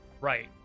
Right